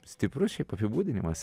stiprus šiaip apibūdinimas